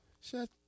Shut